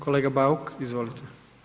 Kolega Bauk, izvolite.